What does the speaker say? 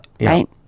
Right